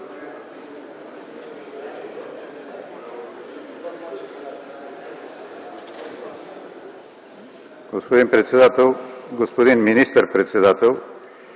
Господин председател! Господин министър-председател,